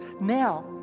now